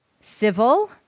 civil